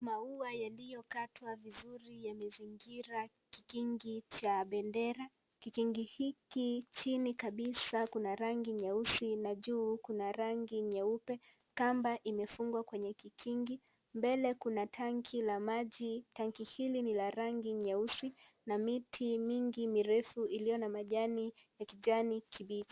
Maua yaliyokatwa vizuri yamezingira kikingi cha bendera. Kikingi hiki chini kabisa kuna rangi nyeusi na juu kuna rangi nyeupe, kamba imefungwa kwenye kikingi . Mbele kuna tanki la maji, tanki hili ni la rangi nyeusi na miti mingi mirefu iliyo na majani ya kijani kibichi.